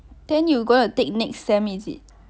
then you gonna take next sem is it